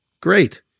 Great